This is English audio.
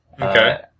Okay